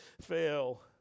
fail